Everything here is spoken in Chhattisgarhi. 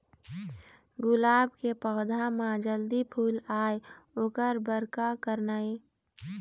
गुलाब के पौधा म जल्दी फूल आय ओकर बर का करना ये?